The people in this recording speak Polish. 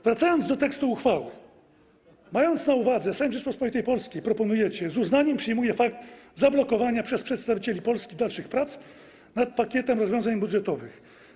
Wracamy do tekstu uchwały: Mając to na uwadze, Sejm Rzeczypospolitej Polskiej - proponujecie - z uznaniem przyjmuje fakt zablokowania przez przedstawicieli Polski dalszych prac nad pakietem rozwiązań budżetowych.